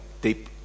deep